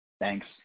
Thanks